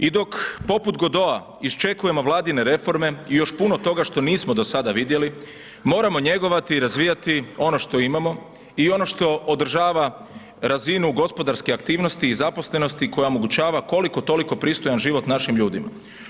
I dok poput Godota iščekujemo Vladine reforme i još puno toga što nismo do sada vidjeli, moramo njegovati i razvijati ono što imamo i ono što održava razinu gospodarske aktivnosti i zaposlenosti koja omogućava koliko-toliko pristojan život našim ljudima.